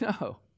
No